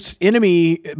enemy